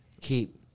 keep